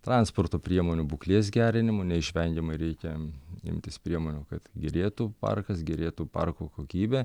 transporto priemonių būklės gerinimu neišvengiamai reikia imtis priemonių kad gerėtų parkas gerėtų parko kokybė